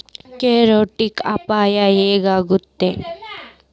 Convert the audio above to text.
Credit ಅಪಾಯಾ ಹೆಂಗಾಕ್ಕತೇ?